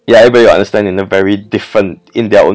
ya everybody understand in a very different in their own